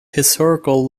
historical